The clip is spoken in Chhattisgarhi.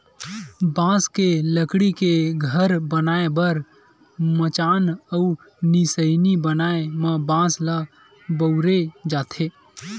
बांस के लकड़ी के घर बनाए बर मचान अउ निसइनी बनाए म बांस ल बउरे जाथे